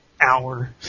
hour